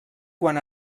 quan